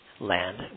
Land